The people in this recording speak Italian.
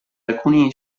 alcuni